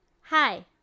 Hi